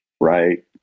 Right